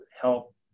help